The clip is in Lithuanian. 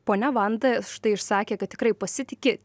ponia vanda štai išsakė kad tikrai pasitiki